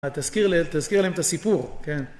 תזכיר להם את הסיפור, כן.